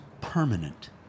permanent